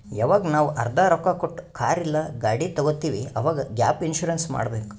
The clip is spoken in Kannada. ಯವಾಗ್ ನಾವ್ ಅರ್ಧಾ ರೊಕ್ಕಾ ಕೊಟ್ಟು ಕಾರ್ ಇಲ್ಲಾ ಗಾಡಿ ತಗೊತ್ತಿವ್ ಅವಾಗ್ ಗ್ಯಾಪ್ ಇನ್ಸೂರೆನ್ಸ್ ಮಾಡಬೇಕ್